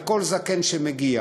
כל זקן שמגיע